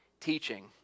teaching